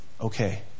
okay